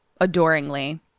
adoringly